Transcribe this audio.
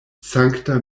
sankta